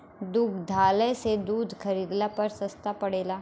दुग्धालय से दूध खरीदला पर सस्ता पड़ेला?